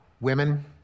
women